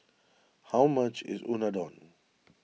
how much is Unadon